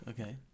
Okay